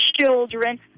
Children